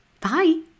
Bye